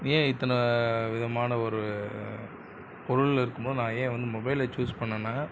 ஏன் இத்தனை விதமான ஒரு பொருள் இருக்கும்போது நான் ஏன் வந்து மொபைலை சூஸ் பண்ணிணேன்னா